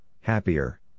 happier